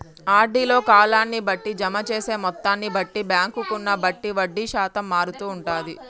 RD లో కాలాన్ని బట్టి, జమ చేసే మొత్తాన్ని బట్టి, బ్యాంకును బట్టి వడ్డీ శాతం మారుతూ ఉంటది